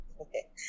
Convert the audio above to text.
okay